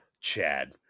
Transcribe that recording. Chad